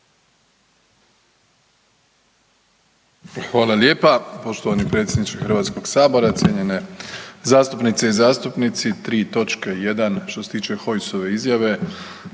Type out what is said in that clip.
Hvala lijepa poštovani predsjedniče HS, cijenjene zastupnice i zastupnici. Tri točke jedan što se tiče Hojsove izjave,